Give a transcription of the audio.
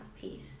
peace